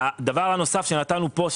הדבר הנוסף שנתנו פה,